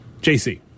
JC